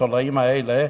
התולעים האלה,